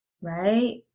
right